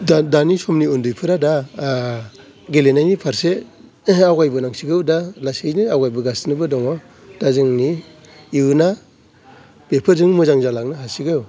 दा दानि समनि उन्दैफोरा दा गेलेनायनि फारसे आवगाय बोनांसिगौ दा लासैनो आवगाय बोगासिनोबो दङ दा जोंनि इयुना बेफोरजोंनो मोजां जालांनो हासिगौ